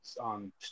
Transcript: on